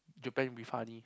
you better be funny